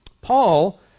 Paul